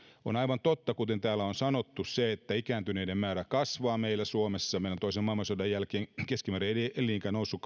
on aivan totta kuten täällä on sanottu että ikääntyneiden määrä kasvaa meillä suomessa meillä on toisen maailmansodan jälkeen keskimääräinen elinikä noussut